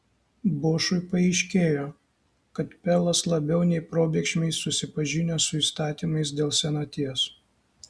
bošui paaiškėjo kad pelas labiau nei probėgšmais susipažinęs su įstatymais dėl senaties